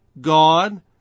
God